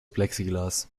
plexiglas